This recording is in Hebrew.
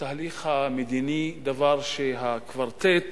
התהליך המדיני, דבר שהקוורטט